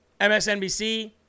MSNBC